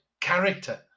character